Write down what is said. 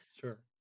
sure